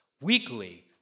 Weekly